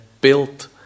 built